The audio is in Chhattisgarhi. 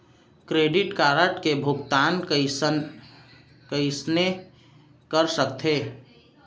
क्रेडिट कारड के भुगतान कइसने कर सकथो?